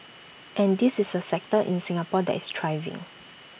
and this is A sector in Singapore that is thriving